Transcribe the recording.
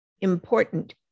important